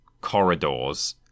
corridors